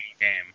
game